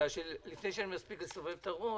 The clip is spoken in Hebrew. כי לפני שאני מספיק לסובב את הראש,